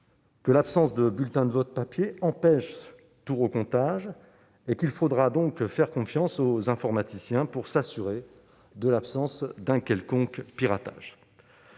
que l'absence de bulletins de vote papier empêche tout recomptage. Il faudra donc faire confiance aux informaticiens pour s'assurer de l'absence d'un quelconque piratage.